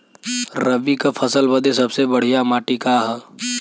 रबी क फसल बदे सबसे बढ़िया माटी का ह?